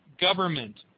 government